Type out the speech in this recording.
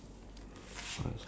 that they give